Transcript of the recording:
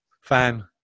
fan